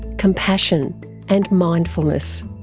compassion and mindfulness.